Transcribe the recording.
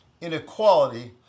inequality